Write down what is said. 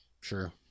Sure